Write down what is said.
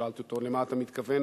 שאלתי אותו: למה אתה מתכוון?